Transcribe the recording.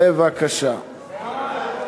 בבקשה.